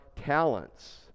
talents